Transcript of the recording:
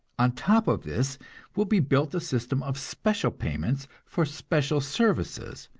on top of this will be built a system of special payments for special services,